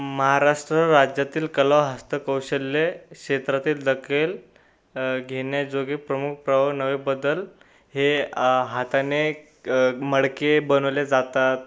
महाराष्ट्र राज्यातील कला व हस्तकौशल्ये क्षेत्रातील दखल घेण्याजोगे प्रमुख प्रवाह व नवे बदल हे हाताने मडके बनवले जातात